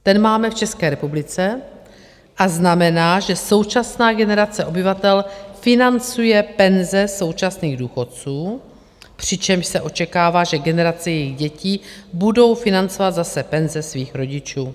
Ten máme v České republice a znamená, že současná generace obyvatel financuje penze současných důchodců, přičemž se očekává, že generace jejich dětí budou financovat zase penze svých rodičů.